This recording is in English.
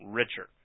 richer